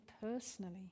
personally